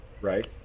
right